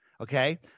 Okay